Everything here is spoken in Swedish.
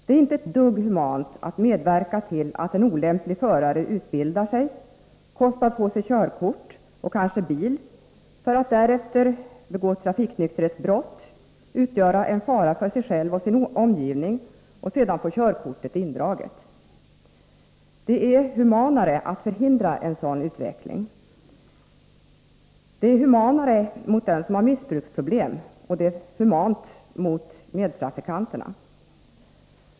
Det är ju inte ett dugg humant att medverka till att en olämplig förare utbildar sig, kostar på sig körkort och kanske bil, för att därefter begå trafiknykterhetsbrott, utgöra en fara för sig själv och sin omgivning, och sedan få körkortet indraget. Det är humanare att förhindra en sådan utveckling, det är humanare mot den som har missbruksproblem och det är humanare mot medtrafikanter.